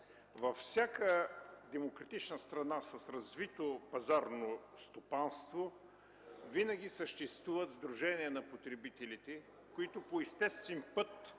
във всяка демократична страна с развито пазарно стопанство винаги съществуват сдружения на потребителите, които по естествен път